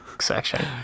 section